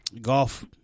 golf